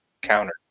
counter